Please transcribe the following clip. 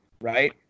right